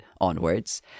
onwards